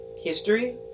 history